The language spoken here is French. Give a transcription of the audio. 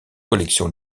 collections